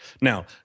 Now